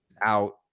out